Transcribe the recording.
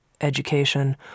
education